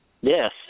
Yes